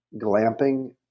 glamping